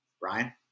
Brian